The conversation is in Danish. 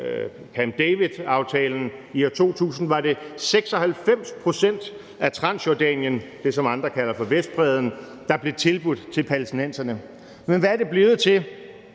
i år 2000 var 96 pct. af Transjordanien, det, som andre kalder for Vestbredden, der blev tilbudt palæstinenserne. Men hvad er det blevet til?